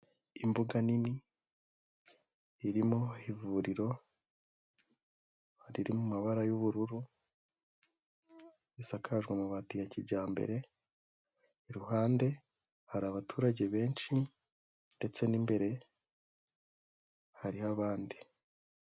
Imbuga nini irimo ivuriro riri mu amabara y'ubururu risakaje amabati ya kijyambere, iruhande hari abaturage benshi ndetse n'imbere hariho abandi.